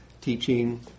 teaching